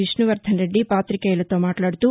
విష్ణవర్దన్ రెడ్డి పాతికేయులతో మాట్లాడుతూ